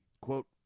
quote